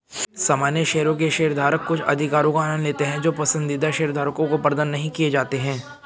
सामान्य शेयरों के शेयरधारक कुछ अधिकारों का आनंद लेते हैं जो पसंदीदा शेयरधारकों को प्रदान नहीं किए जाते हैं